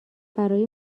برای